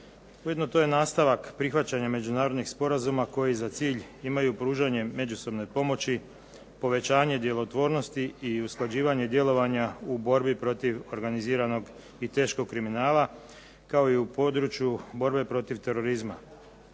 Ujedno to je nastavak prihvaćanja međunarodnih sporazuma koji za cilj imaju pružanje međusobne pomoći, povećanje djelotvornosti i usklađivanje djelovanja u borbi protiv organiziranog i teškog kriminala kao i u području borbe protiv terorizma.